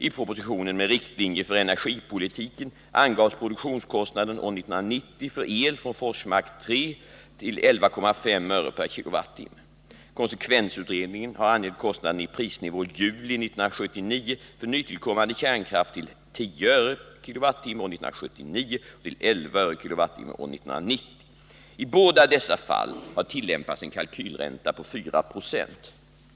I propositionen med riktlinjer för energipolitiken (1978 k Wh. Konsekvensutredningen har angett kostnaden i prisnivå juli 1979 för nytillkommande kärnkraft till 10 öre kWh år 1990. I båda dessa fall har tillämpats en kalkylränta på 4 96.